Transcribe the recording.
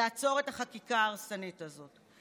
לעצור את החקיקה ההרסנית הזאת.